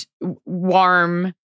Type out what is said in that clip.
warm